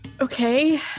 okay